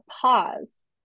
pause